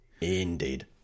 Indeed